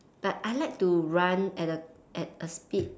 but I like to run at at at a speed